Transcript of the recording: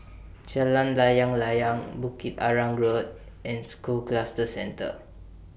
Jalan Layang Layang Bukit Arang Road and School Cluster Centre